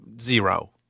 zero